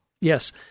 Yes